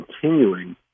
continuing